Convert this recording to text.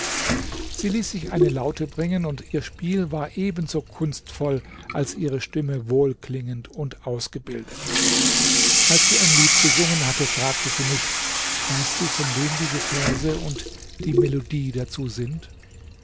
sie ließ sich eine laute bringen und ihr spiel war ebenso kunstvoll als ihre stimme wohlklingend und ausgebildet als sie ein lied gesungen hatte fragte sie mich weißt du von wem diese verse und die melodie dazu sind